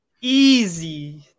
Easy